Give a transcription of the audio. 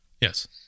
Yes